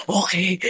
okay